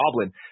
Goblin